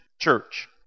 church